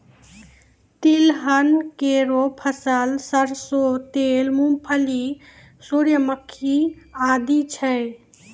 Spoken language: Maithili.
तिलहन केरो फसल सरसों तेल, मूंगफली, सूर्यमुखी आदि छै